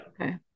okay